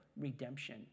redemption